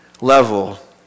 level